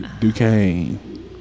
Duquesne